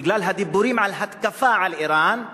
ובגלל הדיבורים על התקפה על אירן,